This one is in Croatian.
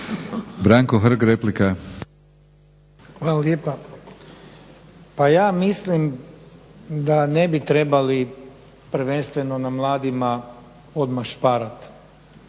Branko Hrg, replika.